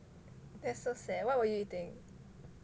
that's so sad what were you eating